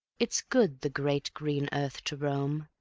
it's good the great green earth to roam,